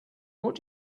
what